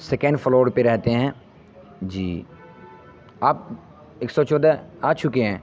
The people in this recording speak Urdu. سیکنڈ فلور پر رہتے ہیں جی آپ ایک سو چودہ آ چکے ہیں